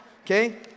okay